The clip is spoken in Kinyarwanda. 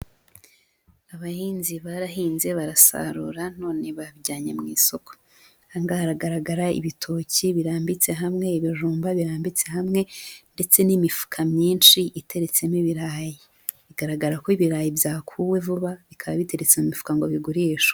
Abahinzi barahinze barasarura none babijyanye mu isoko, aha ngaha haragaragara ibitoki birambitse hamwe, ibijumba birambitse hamwe, ndetse n'imifuka myinshi iteriretsemo ibirayi, bigaragara ko ibirayi byakuwe vuba bikaba biteretse mu mifuka ngo bigurishwe.